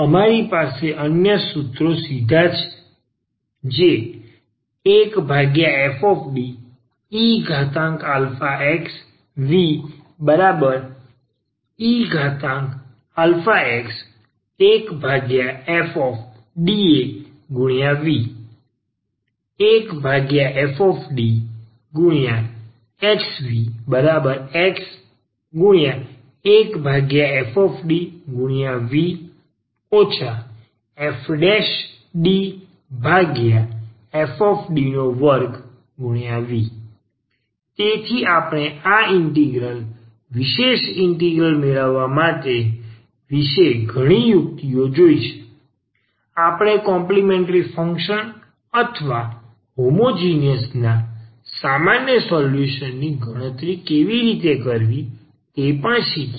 અમારી પાસે અન્ય સીધા સૂત્રો છે જે 1fDeaxVeax1fDaV 1fDxVx1fV fDfD2V તેથી આપણે આ ઇન્ટિગ્રલ વિશેષ ઇન્ટિગ્રલ મેળવવા વિશે ઘણી યુક્તિઓ જોઇ છે આપણે કોમ્પલિમેન્ટ્રી ફંક્શન અથવા હોમોજીનીયસ ઈકવેશન ના સામાન્ય સોલ્યુશનની ગણતરી કેવી રીતે કરવી તે પણ શીખ્યા